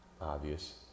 obvious